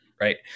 right